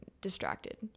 distracted